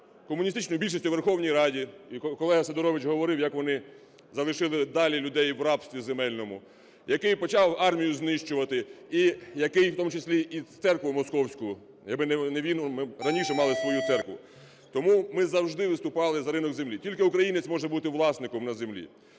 комуністичну більшість у Верховній Раді, і колега Сидорович говорив, як вони залишили далі людей в рабстві земельному, який почав армію знищувати і який в тому числі і церкву московську. Аби не він, ми б раніше мали свою церкву. Тому ми завжди виступали за ринок землі. Тільки українець може бути власником на землі.